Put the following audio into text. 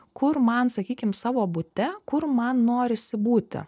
kur man sakykim savo bute kur man norisi būti